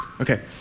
Okay